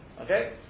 okay